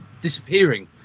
disappearing